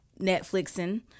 netflixing